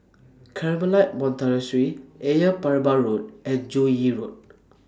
Carmelite Monastery Ayer Merbau Road and Joo Yee Road